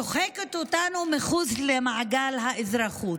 ודוחקת אותנו מחוץ למעגל האזרחות.